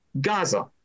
gaza